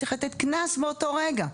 צריך לתת קנס באותו רגע,